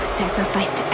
sacrificed